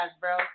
bro